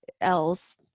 else